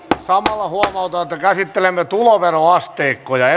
samalla huomautan että käsittelemme tuloveroasteikkoja